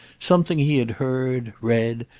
something he had heard, read,